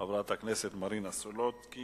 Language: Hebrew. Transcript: חברת הכנסת מרינה סולודקין,